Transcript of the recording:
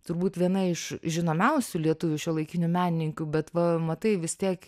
turbūt viena iš žinomiausių lietuvių šiuolaikinių menininkių bet va matai vis tiek